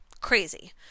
crazy